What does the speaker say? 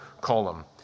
column